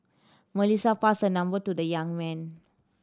Melissa passed her number to the young man